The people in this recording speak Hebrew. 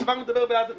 והדבר מדבר בעד עצמו.